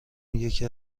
یکی